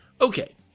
Okay